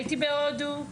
הייתי בהודו,